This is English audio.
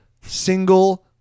single